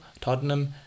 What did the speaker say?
Tottenham